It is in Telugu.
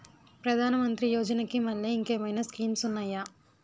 ప్రధాన మంత్రి యోజన కి మల్లె ఇంకేమైనా స్కీమ్స్ ఉన్నాయా?